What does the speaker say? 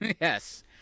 Yes